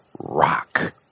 rock